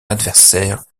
adversaire